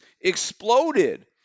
exploded